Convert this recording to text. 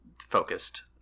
focused